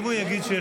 חברי הכנסת,